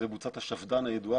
זו בוצת השפד"ן הידוע,